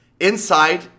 inside